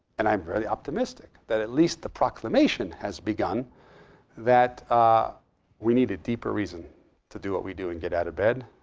and i am really optimistic that at least the proclamation has begun that ah we need a deeper reason to do what we do, and get out of bed,